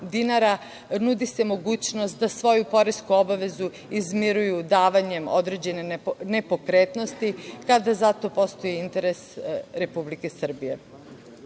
nudi se mogućnost da svoju poresku obavezu izmiruju davanjem određene nepokretnosti, kada za to postoji interes Republike Srbije.